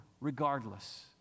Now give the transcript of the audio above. regardless